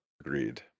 Agreed